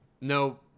no